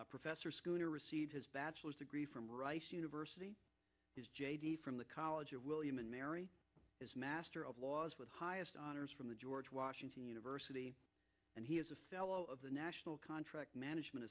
budget professor scooter received his bachelor's degree from rice university his j d from the college of william and mary is master of laws with highest honors from the george washington university and he is of the national contract management